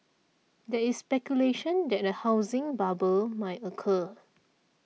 there is speculation that a housing bubble may occur